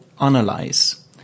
analyze